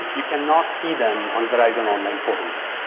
you cannot see them on verizon online portals